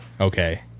Okay